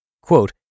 Quote